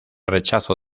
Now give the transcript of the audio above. rechazo